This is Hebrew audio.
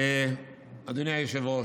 אדוני היושב-ראש,